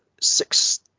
six